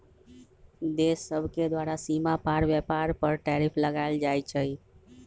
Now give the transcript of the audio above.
देश सभके द्वारा सीमा पार व्यापार पर टैरिफ लगायल जाइ छइ